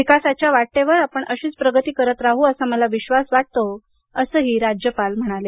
विकासाच्या वाटेवर आपण अशीच प्रगती करत राहू असा विश्वास मला वाटतो असंही राज्यपाल म्हणाले